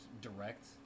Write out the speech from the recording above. Direct